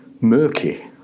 murky